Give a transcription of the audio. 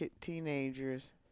teenagers